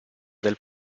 del